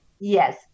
yes